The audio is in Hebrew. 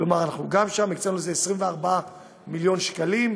כלומר אנחנו הקצנו לזה שם 24 מיליון שקלים,